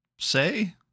say